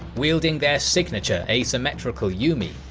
wielding their signature asymmetrical yumi.